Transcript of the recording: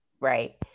right